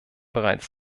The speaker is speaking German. bereits